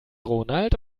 ronald